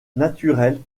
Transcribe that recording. naturelle